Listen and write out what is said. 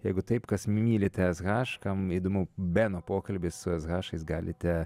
jeigu taip kas mylite s haš kam įdomu beno pokalbis su s hašais galite